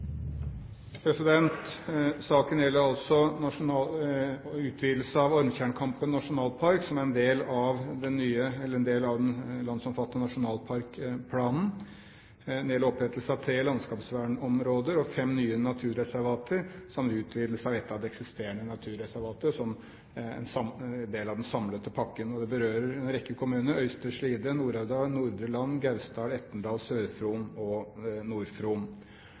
Saken gjelder altså utvidelse av Ormtjernkampen nasjonalpark, som er en del av den landsomfattende nasjonalparkplanen når det gjelder opprettelse av tre landskapsvernområder og fem nye naturreservater, samt utvidelse av et av de eksisterende naturreservater som en del av den samlede pakken. Det berører en rekke kommuner: Øystre Slidre, Nord-Aurdal, Nordre Land, Gausdal, Etnedal, Sør-Fron og